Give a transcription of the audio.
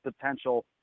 potential